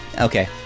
Okay